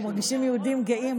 אנחנו מרגישים יהודים גאים,